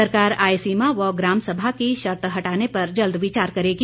सरकार आय सीमा व ग्राम सभा की शर्त हटाने पर जल्द विचार करेगी